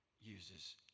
uses